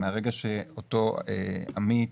מהרגע שאותו עמית